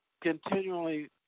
continually